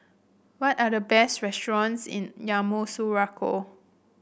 what are the best restaurants in Yamoussoukro